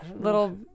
Little